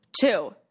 Two